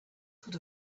sort